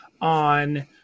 on